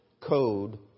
code